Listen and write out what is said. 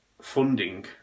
funding